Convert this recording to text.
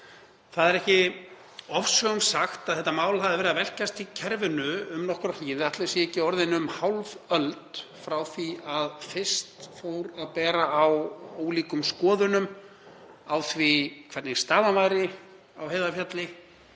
Það er ekki ofsögum sagt að þetta mál hafi verið að velkjast í kerfinu um nokkra hríð, ætli það sé ekki orðin um hálf öld frá því að fyrst fór að bera á ólíkum skoðunum á því hvernig staðan væri á Heiðarfjalli,